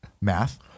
math